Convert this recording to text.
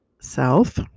self